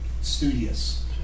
studious